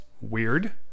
weird